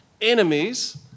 enemies